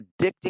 addicting